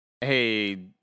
hey